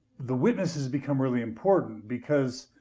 the witnesses become really important because